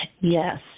Yes